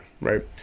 right